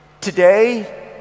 Today